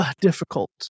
difficult